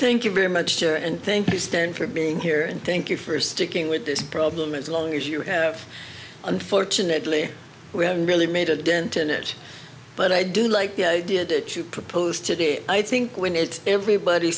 thank you very much sure and thank you stan for being here and thank you for sticking with this problem as long as you have unfortunately we haven't really made a dent in it but i do like the idea that you proposed today i think when it everybody